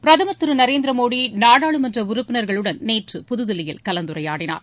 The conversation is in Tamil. பிரதுர் திரு நரேந்திர மோடி நாடாளுமன்ற உறுப்பினர்களுடன் நேற்று புதுதில்லியில் கலந்துரையாடினார்